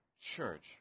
church